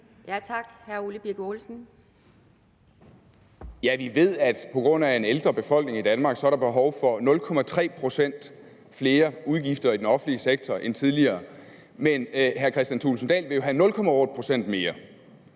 Kl. 11:22 Ole Birk Olesen (LA): Vi ved at der på grund af en ældre befolkning i Danmark er behov for 0,3 pct. flere udgifter i den offentlige sektor end tidligere. Men hr. Kristian Thulesen Dahl vil jo have 0,8 pct. mere,